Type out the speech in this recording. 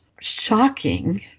shocking